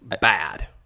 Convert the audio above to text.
bad